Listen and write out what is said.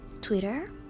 Twitter